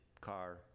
car